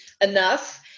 enough